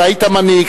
אתה היית מנהיג,